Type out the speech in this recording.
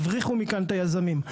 הבריחו מכאן את היזמים.